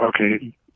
okay